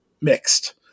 mixed